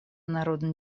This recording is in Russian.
народно